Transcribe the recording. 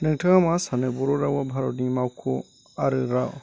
नोंथाङा मा सानो बर' रावआ भारतनि मावख'वारि राव